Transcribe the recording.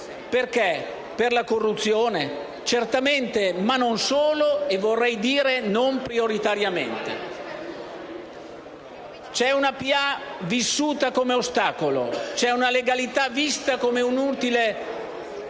Perché? Per la corruzione? Certamente. Ma non solo. E vorrei dire non prioritariamente. C'è una pubblica amministrazione vissuta come ostacolo, c'è una legalità vista come un inutile